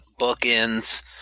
bookends